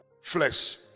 flesh